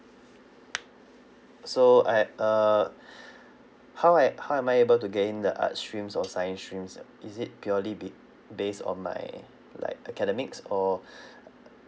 so I had uh how I how am I able to get in the art streams or science streams like is it purely be based on my like academics or uh uh